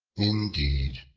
indeed,